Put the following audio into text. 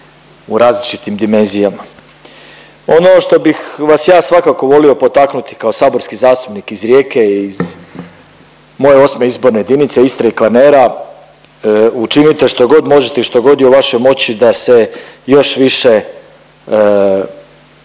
u različitim dimenzijama. Ono što bih vas ja svakako volio potaknuti kao saborski zastupnik iz Rijeke, iz moje 8. izborne jedinice Istre i Kvarnera, učinite štogod možete i štogod je u vašoj moći da se još više love